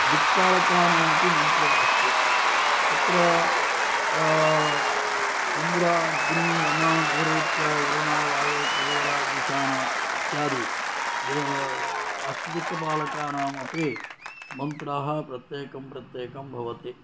दिक्पालकानामपि मन्त्रम् अस्ति तत्र इन्द्र अग्नि यम नैऋत्य वरुण वायु कुबेर ईशान इत्यादि देव अष्टदिक्पालकानामपि मन्त्राः प्रत्येकं प्रत्येकं भवति